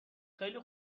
خیلی